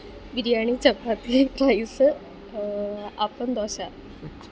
biryani chapati rice appam dosa